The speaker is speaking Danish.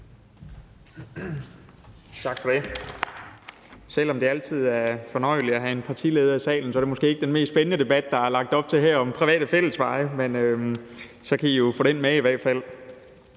Tak for det. Selv om det altid er fornøjeligt at have en partileder i salen, er det måske ikke den mest spændende debat, der er lagt op til her, om private fællesveje, men så kan I jo få den med i hvert fald.